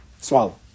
swallow